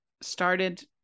started